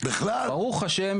בכלל --- ברוך השם,